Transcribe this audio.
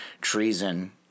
treason